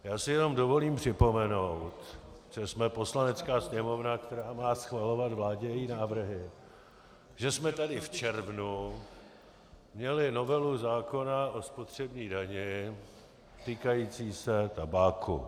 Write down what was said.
Jen si dovolím připomenout, že jsme Poslanecká sněmovna, která má schvalovat vládě její návrhy, že jsme tady v červnu měli novelu zákona o spotřební dani týkající se tabáku.